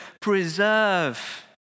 preserve